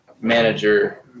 manager